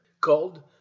called